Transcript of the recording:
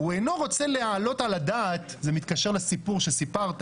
הוא אינו רוצה להעלות על הדעת" זה מתקשר לסיפור שסיפרת